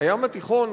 הים התיכון,